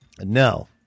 No